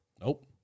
Nope